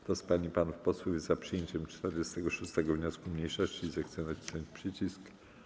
Kto z pań i panów posłów jest za przyjęciem 46. wniosku mniejszości, zechce nacisnąć przycisk.